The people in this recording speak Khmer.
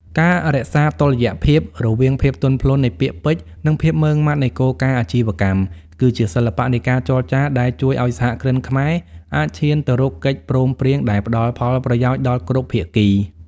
ការរក្សាតុល្យភាពរវាងភាពទន់ភ្លន់នៃពាក្យពេចន៍ និងភាពម៉ឺងម៉ាត់នៃគោលការណ៍អាជីវកម្ម គឺជាសិល្បៈនៃការចរចាដែលជួយឱ្យសហគ្រិនខ្មែរអាចឈានទៅរកកិច្ចព្រមព្រៀងដែលផ្ដល់ផលប្រយោជន៍ដល់គ្រប់ភាគី។